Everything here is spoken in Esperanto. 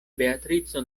beatrico